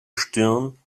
stirn